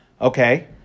Okay